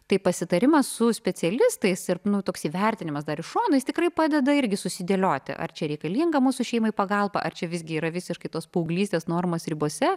tai pasitarimas su specialistais ir nu toks įvertinimas dar iš šono jis tikrai padeda irgi susidėlioti ar čia reikalinga mūsų šeimai pagalba ar čia visgi yra visiškai tos paauglystės normos ribose